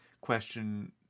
question